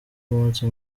umunsi